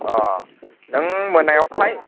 अ नों मोनायाव फाय